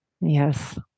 Yes